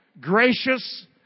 gracious